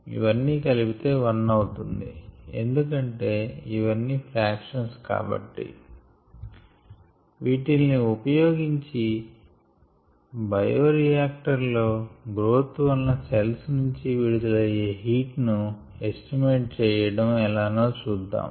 ఇవన్నీ కలిపితే 1 అవుతుంది ఎందుకంటే ఇవన్నీ ఫ్రాక్షన్స్ కాబట్టి వీటిల్ని ఉపయోగించి బయోరియాక్టర్ లో గ్రోత్ వలన సెల్స్ నుంచి విడుదల అయ్యే హీట్ ను ఎస్టిమేట్ చెయ్యడము ఎలానో చూద్దాం